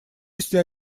если